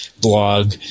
blog